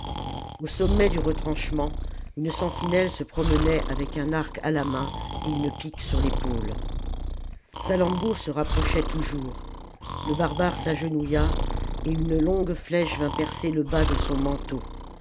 au sommet du retranchement une sentinelle se promenait avec un arc à la main et une pique sur l'épaule salammbô se rapprochait toujours le barbare s'agenouilla et une longue flèche vint percer le bas de son manteau